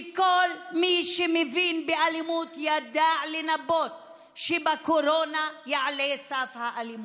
וכל מי שמבין באלימות ידע לנבא שבקורונה יעלה רף האלימות.